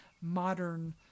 modern